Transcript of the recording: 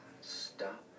Stop